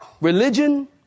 Religion